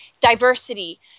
diversity